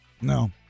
No